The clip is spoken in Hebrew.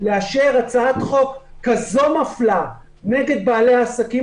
לאשר הצעת חוק כזאת מפלה נגד בעלי העסקים.